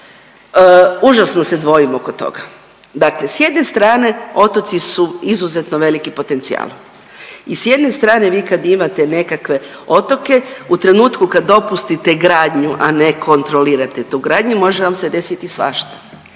užasno se dvojim oko toga. Dakle s jedne strane otoci su izuzetno veliki potencija i s jedne strane vi kad imate nekakve otoke u trenutku kad dopustite gradnju, a ne kontrolirate tu gradnju može vam se desiti svašta.